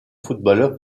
footballeur